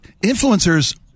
influencers